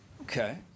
Okay